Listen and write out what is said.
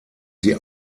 sie